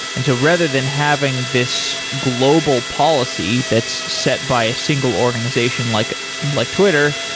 and so rather than having this global policy that's set by a single organization, like like twitter,